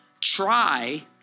try